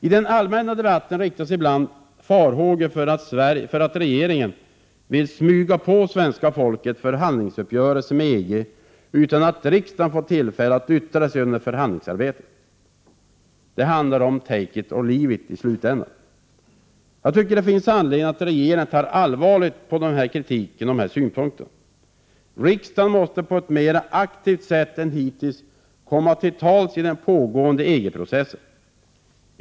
I den allmänna debatten riktas ibland farhågor för att regeringen vill ”smyga på” svenska folket förhandlingsuppgörelser med EG utan att riksdagen fått tillfälle att yttra sig under förhandlingsarbetet. Det handlar i slutändan om ”take it or leave it”. Det finns anledning att regeringen tar allvarligt på de här kritiska synpunkterna. Riksdagen måste på ett mera aktivt sätt än hittills komma till tals i den pågående EG-processen.